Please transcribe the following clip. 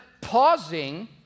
pausing